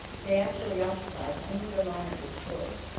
they actually occupied only the line of the detroit.